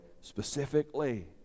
specifically